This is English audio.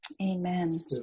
Amen